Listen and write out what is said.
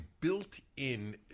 built-in